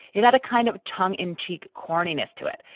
it had a kind of tongue in cheek corniness to it,